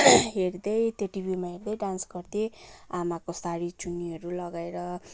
हेर्दै त्यो टिभीमा हेर्दै डान्स गर्थेँ आमाको सारी चुन्निहरू लगाएर